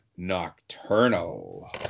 Nocturnal